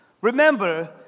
remember